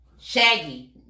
shaggy